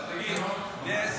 תגיד, נס